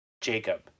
Jacob